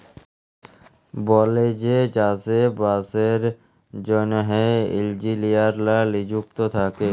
বলেযে চাষে বাসের জ্যনহে ইলজিলিয়াররা লিযুক্ত থ্যাকে